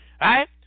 right